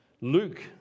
Luke